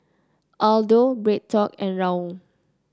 Aldo BreadTalk and Raoul